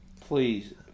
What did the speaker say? please